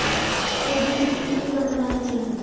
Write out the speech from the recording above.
पौधे को मिट्टी में कब लगाना चाहिए?